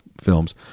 films